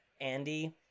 Andy